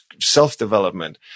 self-development